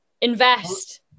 invest